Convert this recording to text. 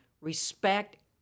respect